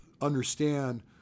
understand